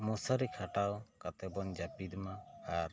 ᱢᱚᱥᱟᱨᱤ ᱠᱷᱟᱴᱟᱣ ᱠᱟᱛᱮᱜ ᱵᱚᱱ ᱡᱟᱹᱯᱤᱫ ᱢᱟ ᱟᱨ